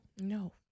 No